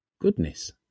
Goodness